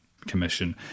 Commission